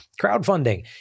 Crowdfunding